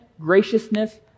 graciousness